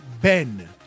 ben